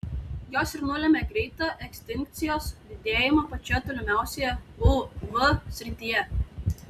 jos ir nulemia greitą ekstinkcijos didėjimą pačioje tolimiausioje uv srityje